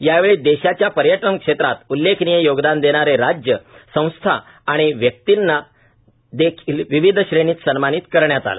यावेळी देशाच्या पर्यटन क्षेत्रात उल्लेखनीय योगदान देणारे राज्य संस्था व व्यक्तींना विविध श्रेणीत सन्मानित करण्यात आले